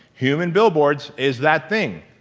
human billboards is that thing.